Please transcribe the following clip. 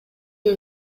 деп